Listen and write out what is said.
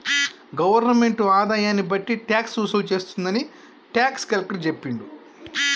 government ఆదాయాన్ని బట్టి tax వసూలు చేస్తుందని టాక్స్ కలెక్టర్ చెప్పిండు